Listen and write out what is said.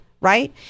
right